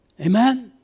Amen